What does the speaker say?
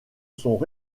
sont